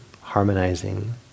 harmonizing